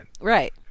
Right